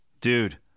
dude